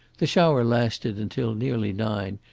the shower lasted until nearly nine,